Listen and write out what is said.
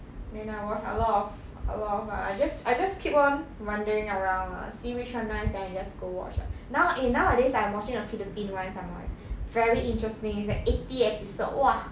then I watch a lot of a lot of ah I just I just keep on wandering around lah see which one nice than I just go watch ah now eh nowadays I'm watching a philippines one some more leh very interesting it's like eighty episodes !wah!